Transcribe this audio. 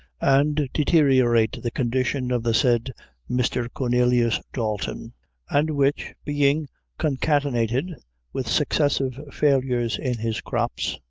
and deteriorate the condition of the said mr. cornelius dalton and which, being concatenated with successive failures in his crops,